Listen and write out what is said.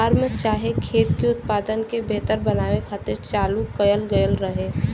form चाहे खेत के उत्पादन के बेहतर बनावे खातिर चालू कएल गएल रहे